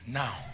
now